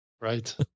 Right